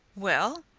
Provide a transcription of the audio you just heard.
well,